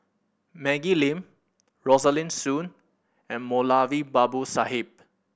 Maggie Lim Rosaline Soon and Moulavi Babu Sahib